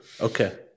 Okay